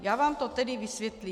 Já vám to tedy vysvětlím.